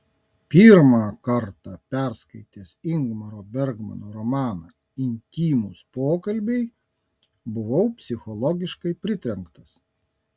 pirmą kartą perskaitęs ingmaro bergmano romaną intymūs pokalbiai buvau psichologiškai pritrenktas